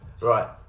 Right